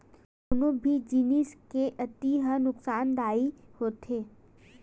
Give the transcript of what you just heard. कोनो भी जिनिस के अति ह नुकासानदायी होथे